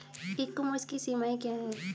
ई commerce की सीमाएं क्या हैं?